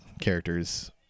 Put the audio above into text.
characters